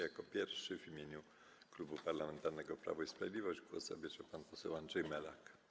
Jako pierwszy w imieniu Klubu Parlamentarnego Prawo i Sprawiedliwość głos zabierze pan poseł Andrzej Melak.